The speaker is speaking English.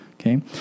okay